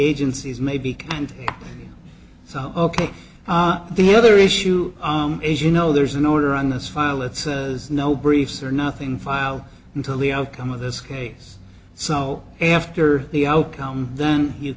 agencies maybe can and so ok the other issue is you know there's an order on this file it says no briefs or nothing filed until the outcome of this case so after the outcome then you